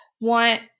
want